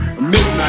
Midnight